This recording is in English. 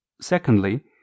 Secondly